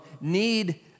need